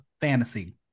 fantasy